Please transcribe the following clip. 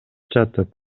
жатып